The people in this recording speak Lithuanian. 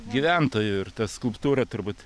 gyventojų ir ta skulptūra turbūt